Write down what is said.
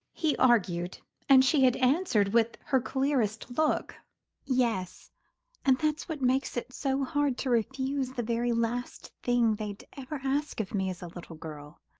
he argued and she had answered, with her clearest look yes and that's what makes it so hard to refuse the very last thing they'll ever ask of me as a little girl.